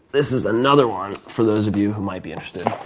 this is another one for those of you who might be interested.